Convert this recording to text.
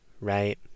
Right